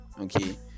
okay